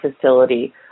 facility